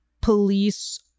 police